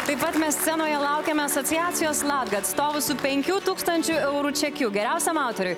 taip pat mes scenoje laukiame asociacijos latga atstovų su penkių tūkstančių eurų čekiu geriausiam autoriui